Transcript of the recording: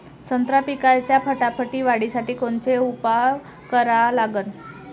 संत्रा पिकाच्या फटाफट वाढीसाठी कोनचे उपाव करा लागन?